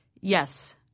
Yes